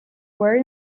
were